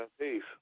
Peace